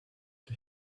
the